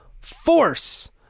Force